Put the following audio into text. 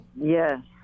yes